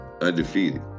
undefeated